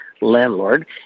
landlord